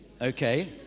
okay